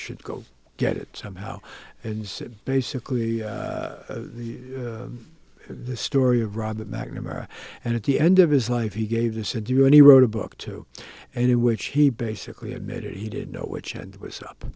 should go get it somehow and it's basically the the story of robert mcnamara and at the end of his life he gave this a do and he wrote a book too and in which he basically admitted he didn't know which end